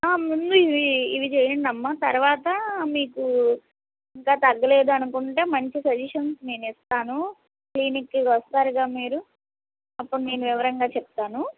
ముందు ఇవి ఇవి చేయండి అమ్మ తర్వాత మీకు ఇంకా తగ్గలేదు అనుకుంటే మంచి సజెషన్స్ నేను ఇస్తాను క్లినిక్కి వస్తారుగా మీరు అప్పుడు నేను వివరంగా చెప్తాను